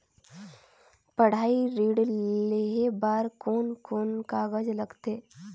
पढ़ाई ऋण लेहे बार कोन कोन कागज लगथे?